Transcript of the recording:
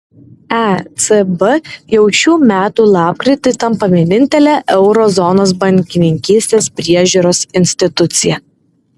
ecb jau šių metų lapkritį tampa vienintele euro zonos bankininkystės priežiūros institucija